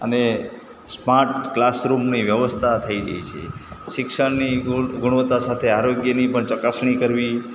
અને સ્માર્ટ ક્લાસરૂમની વ્યવસ્થા થઈ ગઈ છે શિક્ષણની ગુણ ગુણવત્તા સાથે આરોગ્યની પણ ચકાસણી કરવી